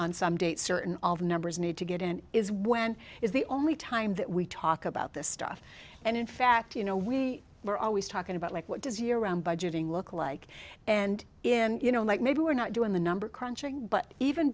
and some date certain numbers need to get in is when is the only time that we talk about this stuff and in fact you know we were always talking about like what does year around budgeting look like and if you know like maybe we're not doing the number crunching but even